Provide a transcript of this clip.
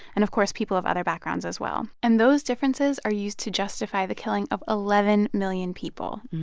and of course, people of other backgrounds as well. and those differences are used to justify the killing of eleven million people,